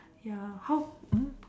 ya house